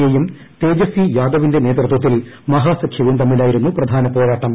A യും തേജസി യാദവിന്റെ നേതൃത്വത്തിൽ മഹാസഖ്യവും തമ്മിലായിരുന്നു പ്രധാന പോരാട്ടം